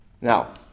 Now